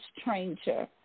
stranger